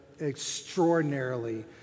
extraordinarily